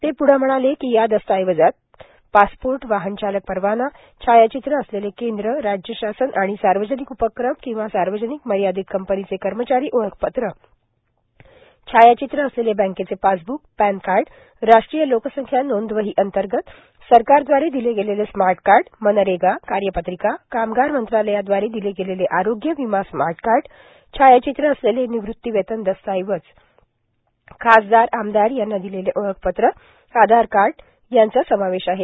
ते पूढे म्हणाले की या दस्तऐवजात पासपोर्ट वाहनचालक परवाना छायाचित्र असलेले केंद्र राज्य शासन आणि सार्वजनिक उपक्रम किंवा सार्वजनिक मर्यादित कंपनीचे कर्मचारी ओळखपत्र छायाचित्र असलेले बँकेचे पासब्क पॅनकार्ड राष्ट्रीय लोकसंख्या नोंदवही अंतर्गत सरकारदवारा दिले गेलेले स्मार्ट कार्ड मनरेगा कार्यपत्रिका कामगार मंत्रालयादवारे दिले गेलेले आरोग्य विमा स्मार्ट कार्ड छायाचित्र असलेले निवृत्तीवेतन दस्तऐवज खासदार आमदार यांना दिलेले ओळखपत्र आधारकार्ड यांचा समावेश आहे